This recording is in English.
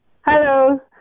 Hello